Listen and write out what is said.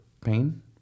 pain